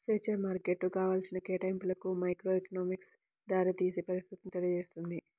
స్వేచ్ఛా మార్కెట్లు కావాల్సిన కేటాయింపులకు మైక్రోఎకనామిక్స్ దారితీసే పరిస్థితులను తెలియజేస్తుంది